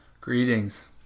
Greetings